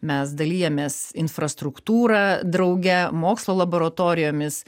mes dalijamės infrastruktūra drauge mokslo laboratorijomis